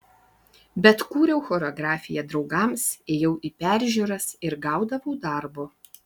bet kūriau choreografiją draugams ėjau į peržiūras ir gaudavau darbo